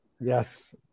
yes